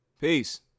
Peace